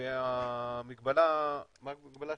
והמגבלה השנייה,